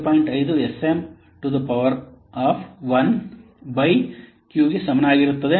5 S M to the power 1 by Q ಗೆ ಸಮಾನವಾಗಿರುತ್ತದೆ